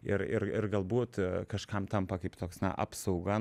ir ir ir galbūt kažkam tampa kaip toks na apsauga